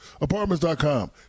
Apartments.com